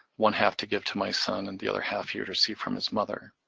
one half to give to my son, and the other half he'll receive from his mother.